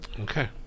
Okay